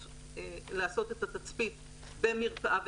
לעשות את התצפית במרפאה וטרינרית,